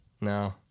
No